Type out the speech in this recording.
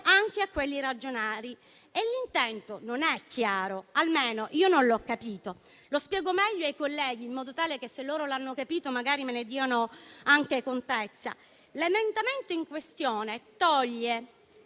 anche a quelli regionali. L'intento non è chiaro o almeno io non l'ho capito. Lo spiego meglio ai colleghi, in modo tale che, se l'hanno capito, magari me ne possono dare contezza. L'emendamento in questione toglie